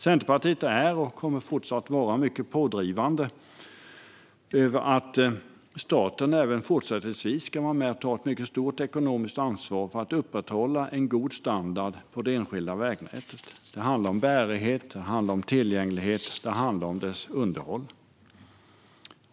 Centerpartiet är och kommer fortsatt att vara mycket pådrivande för att staten även fortsättningsvis ska vara med och ta ett mycket stort ekonomiskt ansvar för att upprätthålla en god standard på det enskilda vägnätet. Det handlar om bärighet, tillgänglighet och underhåll.